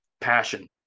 passion